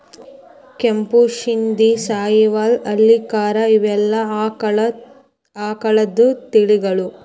ಕೆಂಪು ಶಿಂದಿ, ಸಹಿವಾಲ್ ಹಳ್ಳಿಕಾರ ಇವೆಲ್ಲಾ ಆಕಳದ ತಳಿಗಳು